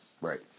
Right